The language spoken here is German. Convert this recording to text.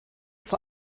vor